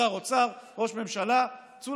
שר אוצר, ראש ממשלה,